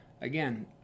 again